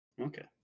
Okay